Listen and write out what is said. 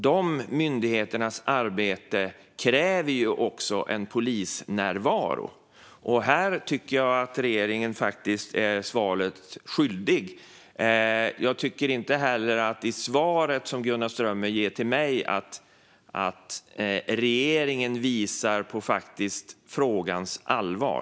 Dessa myndigheters arbete kräver ju också en polisnärvaro, och här tycker jag att regeringen faktiskt blir svaret skyldig. Jag tycker inte heller att det svar som Gunnar Strömmer ger mig visar att regeringen faktiskt är medveten om frågans allvar.